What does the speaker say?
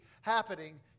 happening